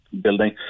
building